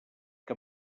que